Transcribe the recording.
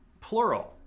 plural